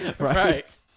Right